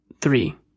Three